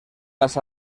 las